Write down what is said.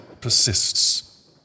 persists